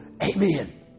Amen